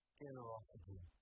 generosity